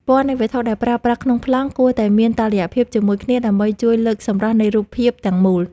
ពណ៌នៃវត្ថុដែលប្រើប្រាស់ក្នុងប្លង់គួរតែមានតុល្យភាពជាមួយគ្នាដើម្បីជួយលើកសម្រស់នៃរូបភាពទាំងមូល។